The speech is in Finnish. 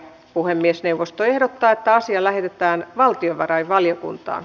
puhemiesneuvosto ehdottaa että asia lähetetään valtiovarainvaliokuntaan